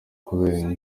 kubera